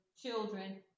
children